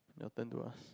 your turn to ask